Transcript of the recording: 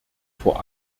vor